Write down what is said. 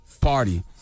party